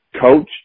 coach